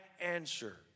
answer